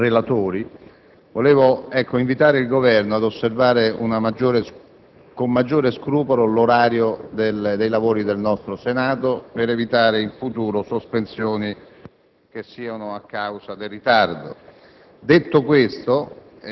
ai relatori, vorrei invitare il Governo ad osservare con maggiore scrupolo l'orario dei lavori del Senato per evitare in futuro sospensioni determinate da ritardi.